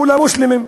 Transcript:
הוא למוסלמים.